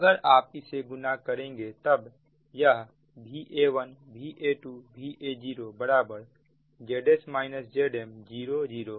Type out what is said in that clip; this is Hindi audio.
अगर आप इसे गुना करेंगे तब यह Va1 Va2 Va0Zs Zm 0 0 0 Zs Zm 00 0 Zs2ZmIa1 Ia2 Ia0है